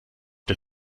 der